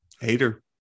Hater